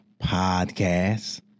podcast